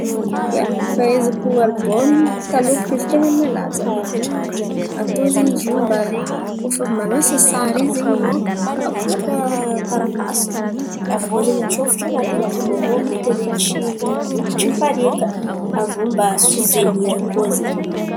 Ia, fahaizako albômy, taloha bôka izy ten̈a ny nalaza. Atao zen̈y izy io mba koa fa manasa sary in̈y zen̈y an̈ao abôka taratasy avô zen̈y atsofitra an̈atin'ny albôm ao beka tsy tsy mipariaka avô mba sovenira koa zen̈y.